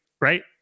right